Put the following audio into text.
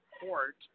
court